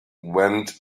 went